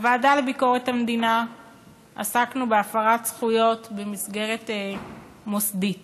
בוועדה לביקורת המדינה עסקנו בהפרת זכויות במסגרת מוסדית.